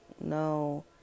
no